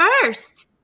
first